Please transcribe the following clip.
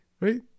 right